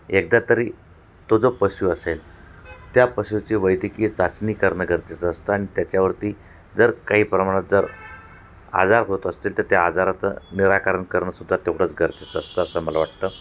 एकदा तरी तो जो पशू असेल त्या पशुची वैद्यकीय चाचणी करणं गरजेचं असतं आणि त्याच्यावरती जर काही प्रमाणात जर आजार होत असतील तर त्या आजाराचं निराकरण करणंसुद्धा तेवढंच गरजेचं असतं असं मला वाटतं